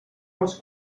als